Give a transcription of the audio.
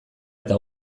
eta